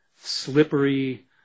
slippery